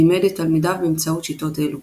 לימד את תלמידיו באמצעות שיטות אלו.